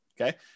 okay